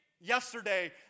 Yesterday